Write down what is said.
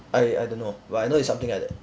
I I don't know but I know is something like that